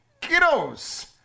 kiddos